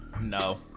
No